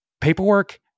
paperwork